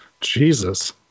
Jesus